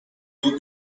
you